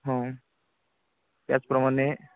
हो त्याचप्रमाणे